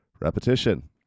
repetition